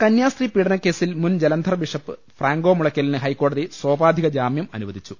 കന്യാസ്ത്രീ പീഡനക്കേസിൽ മുൻ ജലന്ധർ ബിഷപ്പ് ഫ്രാങ്കോ മുളയ്ക്കലിന് ഹൈക്കോടതി സോപാധിക ജാമ്യം അനുവദിച്ചു